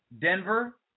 Denver